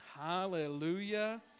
Hallelujah